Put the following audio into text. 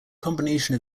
combination